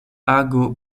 ago